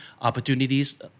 opportunities